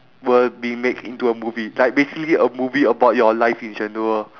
were being made into a movie like basically a movie about your life in general